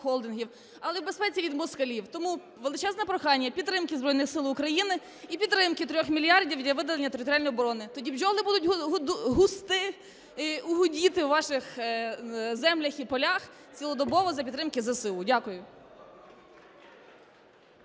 але й у безпеці від москалів. Тому величезне прохання підтримки Збройних Сил України і підтримки 3 мільярдів для виділення територіальній обороні. Тоді бджоли будуть густи… гудіти у ваших землях і полях цілодобово за підтримки ЗСУ. Дякую.